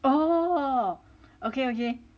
oh okay okay